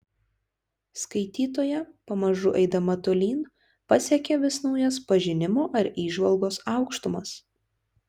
skaitytoja pamažu eidama tolyn pasiekia vis naujas pažinimo ar įžvalgos aukštumas